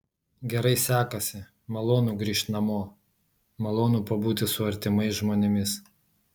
gerai sekasi malonu grįžt namo malonu pabūti su artimais žmonėmis